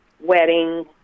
wedding